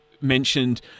mentioned